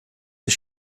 zur